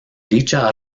dicha